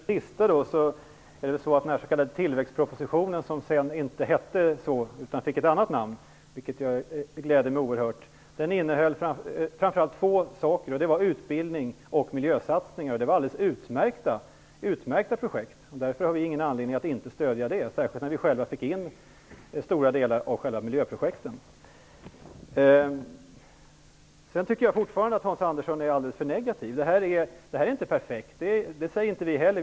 Fru talman! För att börja med det sista är det väl så att den s.k. tillväxtpropositionen - som sedan inte hette så utan fick ett annat namn, vilket gläder mig oerhört - framför allt innehöll två saker. Det var utbildning och miljösatsningar. Det var alldeles utmärkta projekt. Därför har vi ingen anledning att inte stödja den, särskilt när vi själva fick in stora delar av miljöprojekten. Jag tycker fortfarande att Hans Andersson är alldeles för negativ. Detta är inte perfekt. Det säger inte vi heller.